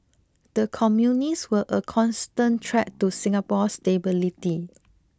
the communists were a constant threat to Singapore's stability